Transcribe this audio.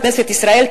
בכנסת ישראל,